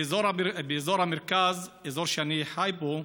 באזור המרכז, אזור שאני חי בו,